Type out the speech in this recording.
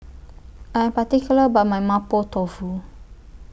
I Am particular about My Mapo Tofu